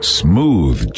smooth